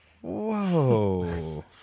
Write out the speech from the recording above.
Whoa